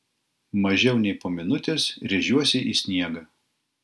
mažiau nei po minutės rėžiuosi į sniegą